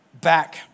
back